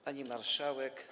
Pani Marszałek!